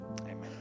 Amen